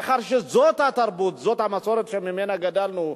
מאחר שזאת התרבות, זאת המסורת שבה גדלנו,